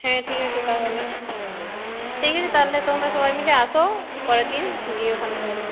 হ্যাঁ ঠিক আছে তাহলে ঠিক আছে তাহলে তোমরা সবাই মিলে আসো পরের দিন দিয়ে ওখানে তো